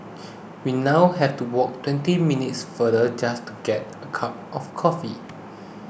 we now have to walk twenty minutes further just to get a cup of coffee